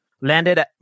landed